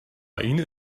این